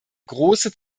große